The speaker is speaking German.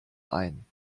ein